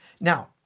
Now